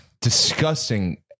Disgusting